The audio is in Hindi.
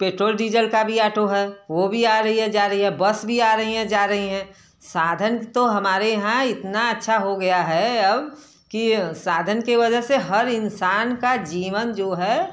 पेट्रोल डीजल का भी आटो है वो भी आ रही है जा रही है बस भी आ रही हैं जा रही हैं साधन तो हमारे यहाँ इतना अच्छा हो गया है अब कि साधन के वजह से हर इंसान का जीवन जो है